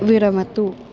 विरमतु